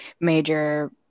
major